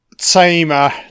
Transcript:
Tamer